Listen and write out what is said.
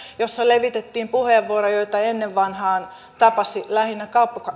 jossa levitettiin puheenvuoroja joita ennen vanhaan tapasi lähinnä